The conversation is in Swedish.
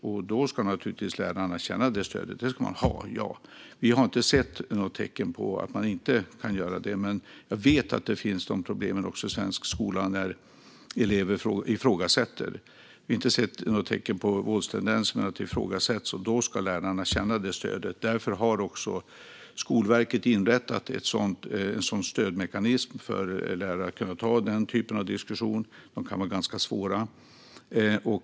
Lärarna ska naturligtvis känna detta stöd. De ska ha det - ja. Vi har inte sett några tecken på att de inte kan det, men jag vet att det finns problem också i svensk skola med att elever ifrågasätter. Vi har inte sett några tecken på våldstendenser, men det är ifrågasättanden. Då ska lärarna känna stöd, och därför har Skolverket inrättat en stödmekanism för att lärare ska kunna ta den typen av diskussioner, som kan vara ganska svåra.